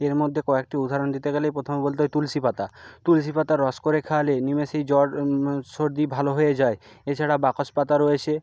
এর মধ্যে কয়েকটি উদাহরণ দিতে গেলে প্রথম বলতে হয় তুলসি পাতা তুলসি পাতার রস করে খাওয়ালে নিমিষেই জ্বর সর্দি ভালো হয়ে যায় এছাড়া বাসক পাতা রয়েছে